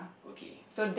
okay